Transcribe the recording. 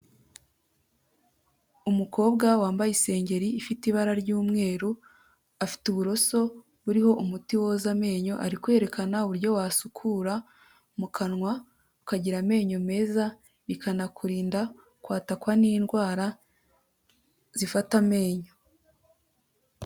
Umukobwa wambaye isengeri ifite ibara ry'umweru, afite uburoso buriho umuti woza amenyo, ari kwerekana uburyo wasukura mu kanwa, ukagira amenyo meza, bikanakurinda kwatakwa n'indwara, zifata amenyo.